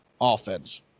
offense